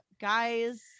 guys